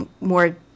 more